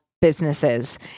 businesses